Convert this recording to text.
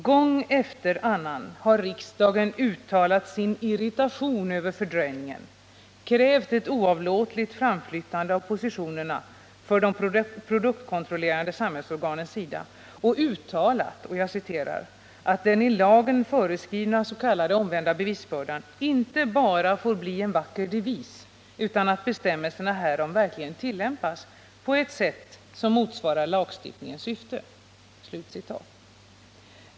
Gång efter annan har riksdagen uttalat sin irritation över fördröjningen, krävt ett oavlåtligt framflyttande av positionerna för de produktkontrollerande samhällsorganens sida och uttalat att ”den i lagen föreskrivna s.k. omvända bevisbördan inte bara får bli en vacker devis utan att bestämmelserna härom verkligen tillämpas på ett sätt som motsvarar lagstiftningens syfte”.